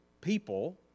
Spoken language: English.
people